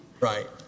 Right